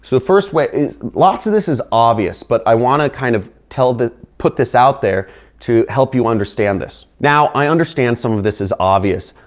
so first way is. lots of this is obvious. but i want to kind of tell the put this out there to help you understand this. now, i understand some of this is obvious.